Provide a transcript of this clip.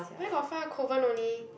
where got far Kovan only